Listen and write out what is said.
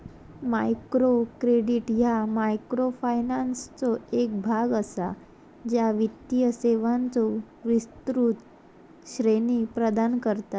micro credit ह्या मायक्रोफायनान्सचो एक भाग असा, ज्या वित्तीय सेवांचो विस्तृत श्रेणी प्रदान करता